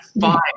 five